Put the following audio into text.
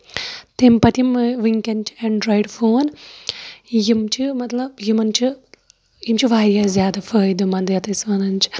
تَمہِ پَتہٕ یِم وٕنکیٚن چھِ ایٚنڈرایِڈ فون یِم چھِ مطلب یِمن چھُ یِم چھِ واریاہ زیادٕ فٲیدٕ مَند یَتھ أسۍ وَنان چھِ